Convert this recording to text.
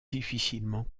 difficilement